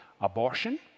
abortion